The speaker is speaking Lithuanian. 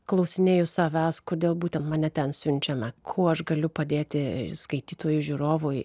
klausinėju savęs kodėl būtent mane ten siunčiame kuo aš galiu padėti skaitytojui žiūrovui